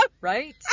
right